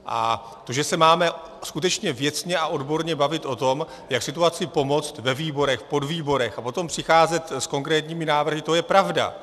A to, že se máme skutečně věcně a odborně bavit o tom, jak situaci pomoci ve výborech, v podvýborech a potom přicházet s konkrétními návrhy, to je pravda.